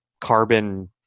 carbon